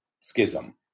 schism